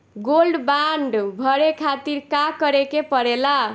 Gold bond भरे खातिर का करेके पड़ेला?